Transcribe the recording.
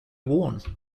worn